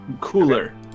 Cooler